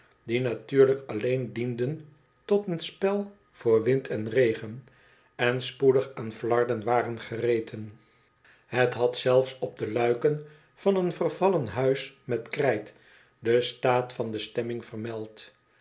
die natuurlijk alleen dienden tot een spel voor wind en regen en spoedig aan flarden waren gereten het had zelfs op de luiken van een vervallen huis met krijt den staat van de stemming vermeld